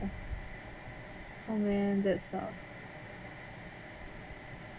oh man that sucks